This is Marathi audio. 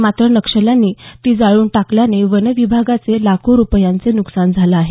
मात्र नक्षल्यांनी ती जाळून टाकल्याने वनविभागाचं लाखो रुपयांचं नुकसान झालं आहे